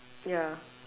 ya